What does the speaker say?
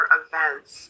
events